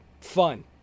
fun